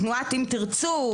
תנועת "אם תרצו",